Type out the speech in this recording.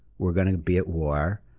we're going to be at war,